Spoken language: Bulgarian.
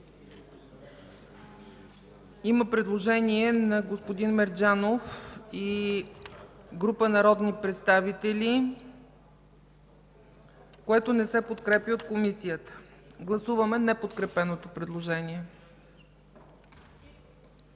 Има предложение на господин Мерджанов и група народни представители, което не се подкрепя от Комисията. Гласуваме неподкрепеното предложение.